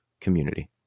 Community